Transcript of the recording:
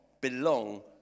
belong